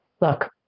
Look